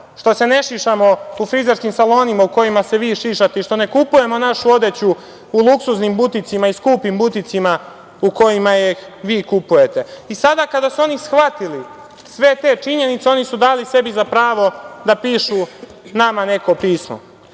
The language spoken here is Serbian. što se ne šišamo u frizerskim salonima u kojima se vi šišate, i što ne kupujemo našu odeću u luksuznim buticima i skupim buticima u kojima ih vi kupujete. Sada kada su oni shvatili sve te činjenice, oni su dali sebi za pravo da pišu nama neko pismo.